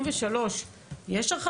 לכמה?